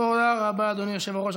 תודה רבה, אדוני היושב-ראש.